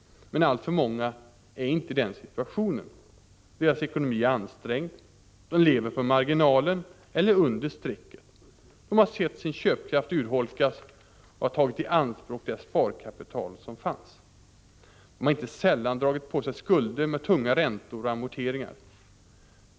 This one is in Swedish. Men alltför många är inte i den situationen. Deras ekonomi är ansträngd. De lever på marginalen eller under strecket. De har sett sin köpkraft urholkas och har tagit i anspråk det sparkapital som fanns. De har inte sällan dragit på sig skulder med tunga räntor och amorteringar.